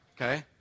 okay